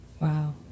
wow